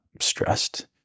stressed